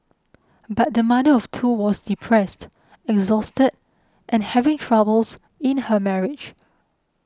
but the mother of two was depressed exhausted and having troubles in her marriage